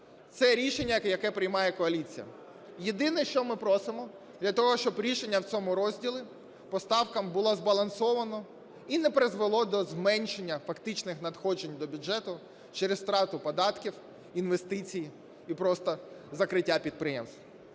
це рішення, яке приймає коаліція. Єдине, що ми просимо, для того, щоб рішення в цьому розділі по ставкам було збалансоване і не призвело до зменшення фактичних надходжень до бюджету через втрату податків, інвестицій і просто закриття підприємств.